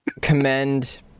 commend